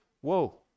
whoa